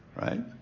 Right